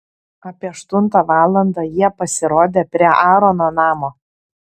apie aštuntą valandą jie pasirodė prie aarono namo